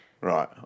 Right